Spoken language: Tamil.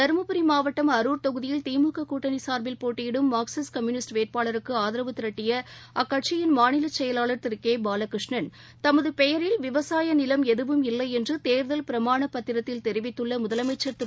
தருமபுரி மாவட்டம் அரூர் தொகுதியில் திமுக கூட்டணி சார்பில் போட்டியிடும் மார்க்சிஸ்ட் கம்யூனிஸ்ட் வேட்பாளருக்கு ஆதரவு திரட்டிய அக்கட்சியின் மாநிலச் செயலாளர் திரு கே பாலகிருஷ்ணன் தமது பெயரில் விவசாய நிலம் எதுவும் இல்லை என்று தேர்தல் பிரமாணப் பத்திரத்தில் தெரிவித்துள்ள முதலமைச்சர் திரு